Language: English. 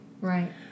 Right